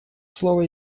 слово